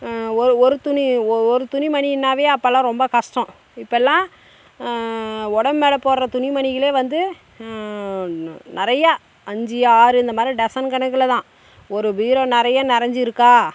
ஒரு ஒரு துணி ஒ ஒரு துணி மணின்னாவே அப்போலாம் ரொம்ப கஷ்டம் இப்போலாம் உடம்பு மேலே போடுற துணி மணிகளே வந்து நிறையா அஞ்சு ஆறு இந்த மாரி டசன் கணக்கில் தான் ஒரு பீரோ நிறையா நிறஞ்சிருக்கா